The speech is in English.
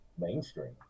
mainstream